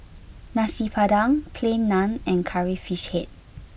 Nasi Padang Plain Naan and Curry Fish Head